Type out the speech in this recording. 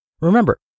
Remember